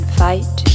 fight